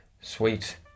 Sweet